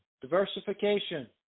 diversification